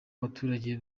abaturage